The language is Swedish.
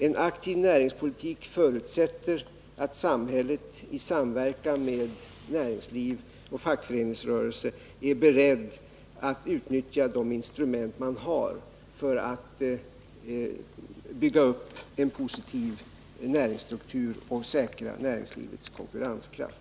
En aktiv näringspolitik förutsätter att samhället i samverkan med näringsliv och fackföreningsrörelse är berett att utnyttja de instrument som finns för att bygga upp en positiv näringsstruktur och säkra näringslivets konkurrenskraft.